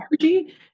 energy